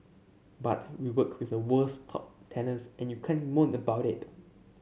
but we work with the world's top talents and you can't moan about it